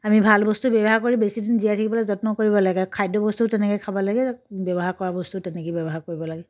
আমি ভাল বস্তু ব্যৱহাৰ কৰি বেছি দিন জীয়াই থাকিবলৈ যত্ন কৰিব লাগে খাদ্যবস্তু তেনেকৈ খাব লাগে ব্যৱহাৰ কৰা বস্তুও তেনেকেই ব্যৱহাৰ কৰিব লাগে